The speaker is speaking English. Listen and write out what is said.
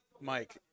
mike